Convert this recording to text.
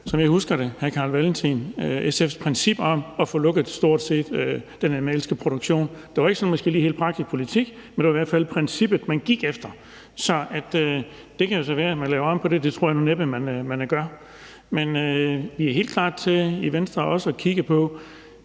som jeg husker det, hr. Carl Valentin SF's princip om at få lukket stort set den animalske produktion. Det var måske ikke helt praktisk politik, men det var i hvert fald princippet, man gik efter. Det kan jo så være, at man laver om på det; det tror jeg næppe man gør. Men vi er i Venstre helt klar til